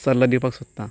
सल्लो दिवपाक सोदतां